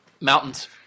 Mountains